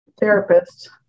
therapist